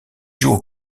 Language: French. joue